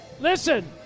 Listen